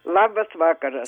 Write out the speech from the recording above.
labas vakaras